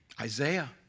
Isaiah